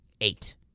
eight